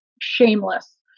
shameless